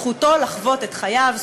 זכותו לחוות את חייו,